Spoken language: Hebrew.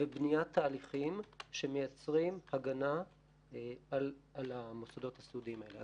ובניית תהליכים שמייצרים הגנה על המוסדות הסיעודיים האלה.